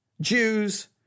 Jews